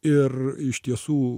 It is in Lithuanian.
ir iš tiesų